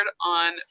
on